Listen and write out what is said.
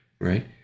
right